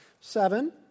Seven